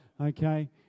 okay